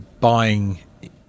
buying